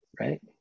right